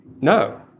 No